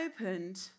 opened